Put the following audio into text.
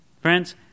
Friends